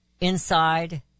Inside